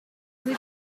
with